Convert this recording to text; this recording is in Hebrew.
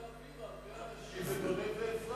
להעביר אנשים לדולב ואפרת.